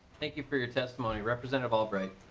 thank you for your testimony. representative albright